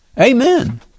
Amen